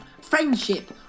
friendship